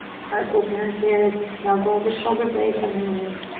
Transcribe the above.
heart opener here as you snuggle the shoulder blades underneath.